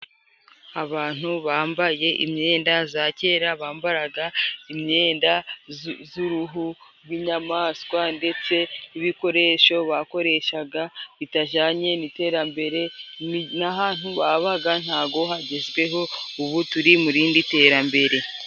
Abantu bambaye imyenda za kera, bambaraga imyenda z'uruhu rw'inyamaswa, ndetse n'ibikoresho bakoreshaga bitajyanye n'iterambere, n'ahantu babaga ntago hagezweho ubu turi mu rindi terambere.